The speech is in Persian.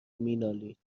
مینالید